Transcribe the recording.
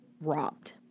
robbed